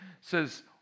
says